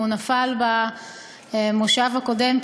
הוא נפל במושב הקודם,